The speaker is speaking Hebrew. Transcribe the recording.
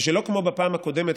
ושלא כמו בפעם הקודמת,